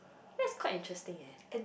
that's quite interesting eh